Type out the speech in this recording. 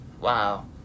wow